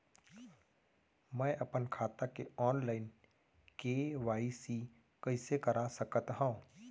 मैं अपन खाता के ऑनलाइन के.वाई.सी कइसे करा सकत हव?